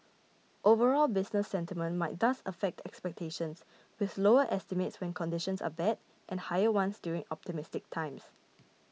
overall business sentiment might thus affect expectations with lower estimates when conditions are bad and higher ones during optimistic times